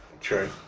True